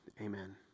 Amen